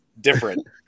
different